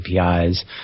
APIs